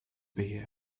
beer